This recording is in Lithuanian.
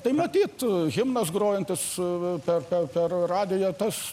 tai matyt himnas grojantis per per radiją tas